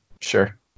Sure